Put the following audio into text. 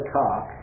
talk